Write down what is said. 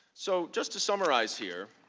so just to summarize here,